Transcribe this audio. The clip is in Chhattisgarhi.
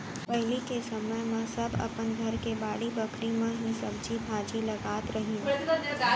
पहिली के समे म सब अपन घर के बाड़ी बखरी म ही सब्जी भाजी लगात रहिन